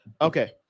Okay